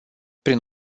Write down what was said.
prin